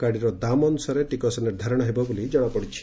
ଗାଡ଼ିର ଦାମ୍ ଅନୁସାରେ ଟିକସ ନିର୍ଦ୍ଧାରଣ ହେବ ବୋଲି ଜଣାପଡ଼ିଛି